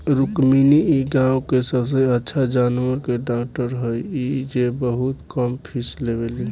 रुक्मिणी इ गाँव के सबसे अच्छा जानवर के डॉक्टर हई जे बहुत कम फीस लेवेली